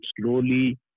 slowly